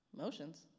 motions